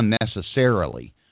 Unnecessarily